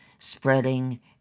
spreading